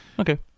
Okay